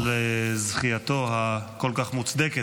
על זכייתו הכל-כך מוצדקת.